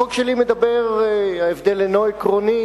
החוק שלי מדבר, ההבדל אינו עקרוני,